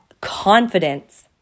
confidence